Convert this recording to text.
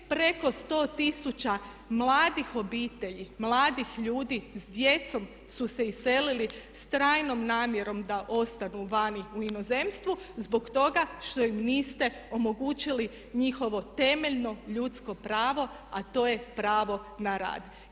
Preko sto tisuća mladih obitelji, mladih ljudi sa djecom su se iselili sa trajnom namjerom da ostanu vani u inozemstvu zbog toga što im niste omogućili njihovo temeljno ljudsko pravo a to je pravo na rad.